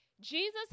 Jesus